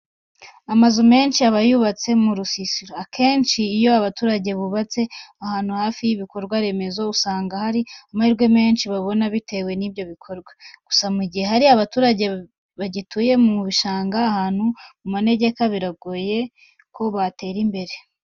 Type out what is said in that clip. Amazu menshi aba yubatse mu rusisiro. Akenshi rero, iyo abaturage bubatse ahantu hafi y'ibikorwa remezo, usanga hari amahirwe menshi babona bitewe n'ibyo bikorwa. Gusa mu gihe hari abaturage bagituye mu bishanga ahantu mu manegeka, biragoye ko batera imbere.